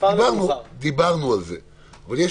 אם